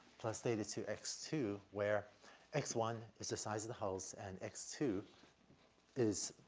plus theta two, x two, where x one is the size of the house, and x two is